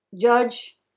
Judge